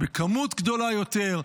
בכמות גדולה יותר,